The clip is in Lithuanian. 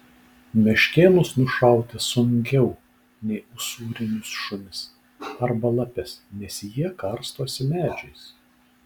meškėnus nušauti sunkiau nei usūrinius šunis arba lapes nes jie karstosi medžiais